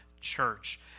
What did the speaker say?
church